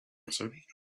answered